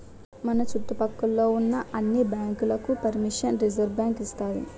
మన చుట్టు పక్క లో ఉన్న అన్ని బ్యాంకులకు పరిమిషన్ రిజర్వుబ్యాంకు ఇస్తాది